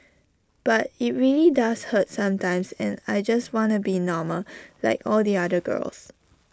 but IT really does hurt sometimes and I just wanna be normal like all the other girls